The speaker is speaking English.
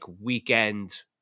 weekend